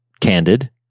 candid